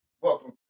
Welcome